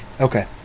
Okay